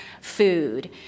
food